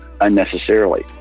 unnecessarily